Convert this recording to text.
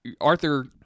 arthur